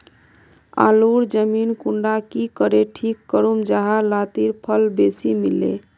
आलूर जमीन कुंडा की करे ठीक करूम जाहा लात्तिर फल बेसी मिले?